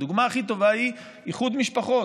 הדוגמה הכי טובה היא איחוד משפחות.